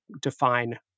define